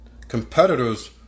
Competitors